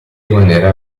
rimanere